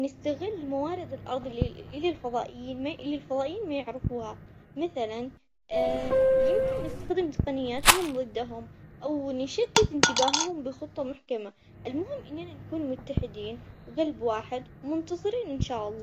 ونستغل موارد الأرض اللي الفضائيين م- اللي الفضائيين ما يعرفوها، مثلاً يمكن نستخدم تقنياتهم ضدهم أو نشتت انتباههم بخطة محكمة، المهم إننا نكون متحدين وقلب واحد زمنتصرين إن شاء الله.